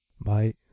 Bye